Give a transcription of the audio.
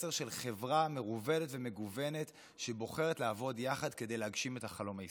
מסר של חברה מגוונת שבוחרת לעבוד יחד כדי להגשים את החלום הישראלי.